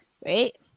wait